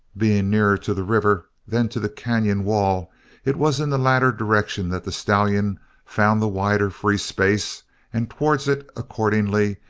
being nearer to the river than to the canon wall it was in the latter direction that the stallion found the wider free space and towards it, accordingly,